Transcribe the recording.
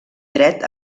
dret